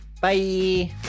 Bye